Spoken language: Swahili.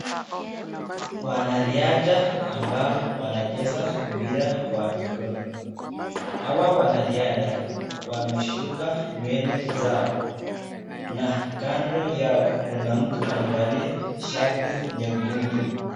Wanariadha ambao wanacheza mpira wa miguu. Hawa wanariadha wameshuka nywele zao. Na kando yao kuna mtu amevalia shati nyekundu.